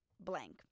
blank